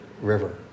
River